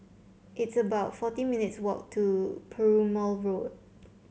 it's about forty minutes' walk to Perumal Road